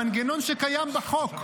מנגנון שקיים בחוק,